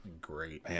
Great